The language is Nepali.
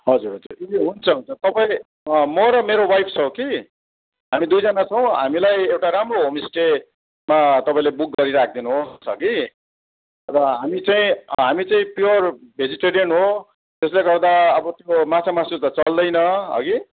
हजुर हजुर ए हुन्छ हुन्छ तपाईँले म र मेरो वाइफ छ कि दुईजाना छौँ हामीलाई एउटा राम्रो होमस्टेमा तपाईँले बुक गरि राखिदिनुहोस् हगि र हामी चाहिँ हामी चाहिँ प्योर भेजिटेरियन हो त्यसले गर्दा अब त्यो माछा मासु त चल्दैन हगि